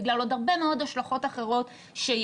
בגלל עוד הרבה מאוד השלכות אחרות שיש.